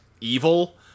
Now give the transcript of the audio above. evil